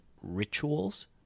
rituals